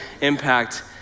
impact